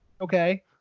okay